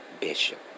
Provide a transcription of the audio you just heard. Bishop